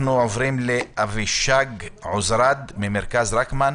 אנחנו עוברים לאבישג עוזרד ממרכז רקמן.